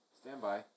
Standby